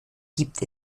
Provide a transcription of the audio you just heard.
gibt